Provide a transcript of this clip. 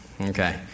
Okay